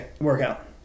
workout